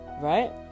Right